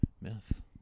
myth